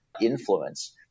influence